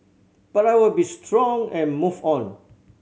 but I will be strong and move on